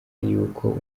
yuko